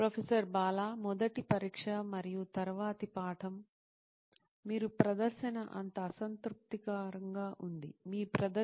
professor Bala మొదటి పరీక్ష మరియు తరువాతి పాఠం మీరు ప్రదర్శన అంత అసంతృప్తికరంగా లేదు